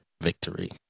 victory